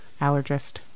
allergist